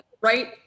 right